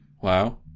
Wow